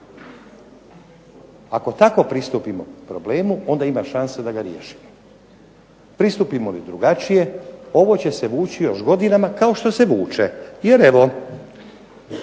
Ako tako pristupimo problemu onda ima šanse da ga riješimo. Pristupimo li drugačije ovo će se vući još godinama kao što se vuče jer evo